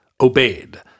obeyed